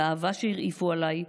על האהבה שהרעיפו עליי,